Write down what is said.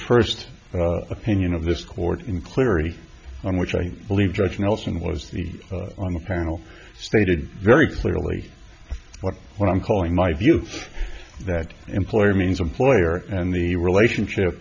first opinion of this court in cleary on which i believe judge nelson was the on the panel stated very clearly what what i'm calling my view that employer means employer and the relationship